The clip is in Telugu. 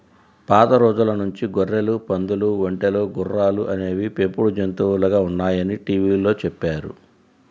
పాత రోజుల నుంచి గొర్రెలు, పందులు, ఒంటెలు, గుర్రాలు అనేవి పెంపుడు జంతువులుగా ఉన్నాయని టీవీలో చెప్పారు